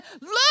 Look